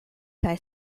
kaj